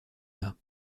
mâts